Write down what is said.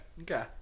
Okay